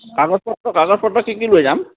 কাগজ পত্ৰ কাগজ পত্ৰ কি কি লৈ যাম